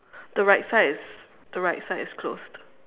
the right side is the right side is closed